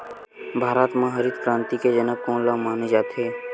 भारत मा हरित क्रांति के जनक कोन ला माने जाथे?